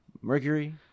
Mercury